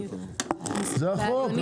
זה החוק,